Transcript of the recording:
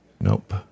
Nope